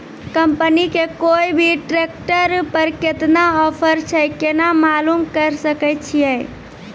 Company के कोय भी ट्रेक्टर पर केतना ऑफर छै केना मालूम करऽ सके छियै?